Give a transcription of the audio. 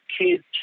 kids